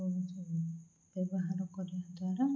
ବ୍ୟବହାର କରିବା ଦ୍ୱାରା